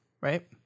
right